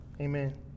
Amen